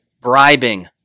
bribing